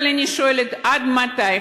אבל אני שואלת: עד מתי?